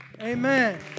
Amen